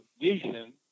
vision